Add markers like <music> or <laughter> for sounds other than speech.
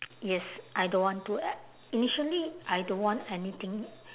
yes I don't want to <noise> initially I don't want anything